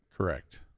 Correct